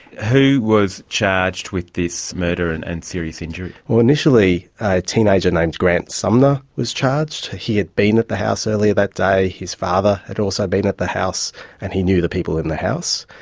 who was charged with this murder and and serious injury? well, initially a teenager named grant sumner was charged. he had been at the house earlier that day. his father had also been at the house and he knew the people in the house.